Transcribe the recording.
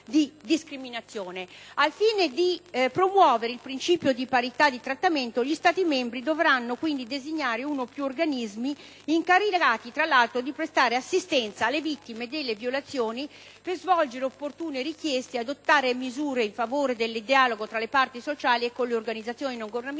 Al fine di promuovere il principio di parità di trattamento, gli Stati membri dovranno quindi designare uno più organismi incaricati, tra l'altro, di prestare assistenza alle vittime delle violazioni, per svolgere opportune richieste ed adottare misure in favore del dialogo tra le parti sociali e con le organizzazioni non governative